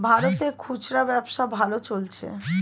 ভারতে খুচরা ব্যবসা ভালো চলছে